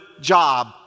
job